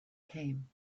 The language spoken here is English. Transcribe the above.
came